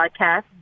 podcast